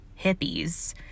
hippies